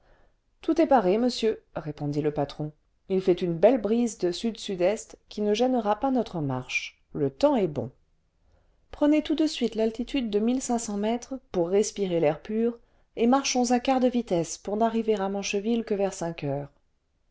tout est paré monsieur répondit le patron il fait une belle brise de s s e qui ne gênera pas notre marche le temps est bon le vingtième siècle prenez tout de suite l'altitude de mètres pour respirer l'air pur et marchons à quart de vitesse pour n'arriver à mancheville que vers cinq heures